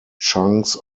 chunks